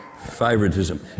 favoritism